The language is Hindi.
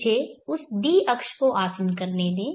मुझे उस d अक्ष को आसिन करने दें